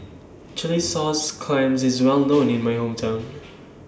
Chilli Sauce Clams IS Well known in My Hometown